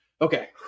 okay